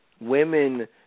women